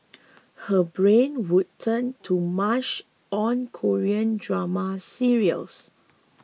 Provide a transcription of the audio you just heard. her brain would turn to mush on Korean drama serials